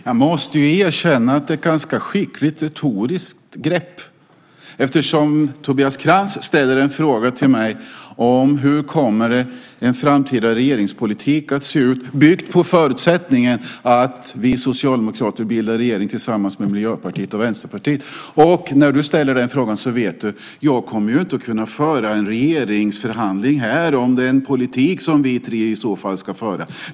Fru talman! Jag måste erkänna att det är ett skickligt retoriskt grepp. Tobias Krantz ställer en fråga till mig om hur en framtida regeringspolitik kommer att se ut byggd på förutsättningen att vi socialdemokrater bildar regering tillsammans med Miljöpartiet och Vänsterpartiet. När du ställer den frågan vet du att jag inte kommer att kunna föra en regeringsförhandling här om den politik som vi tre i så fall ska föra.